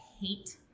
hate